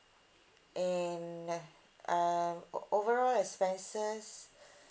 and uh um o~ overall expenses